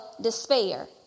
despair